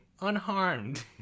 unharmed